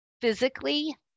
Physically